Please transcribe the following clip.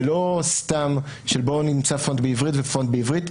זה לא סתם של בואו נמצא פונט בעברית ופונט בערבית,